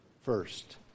First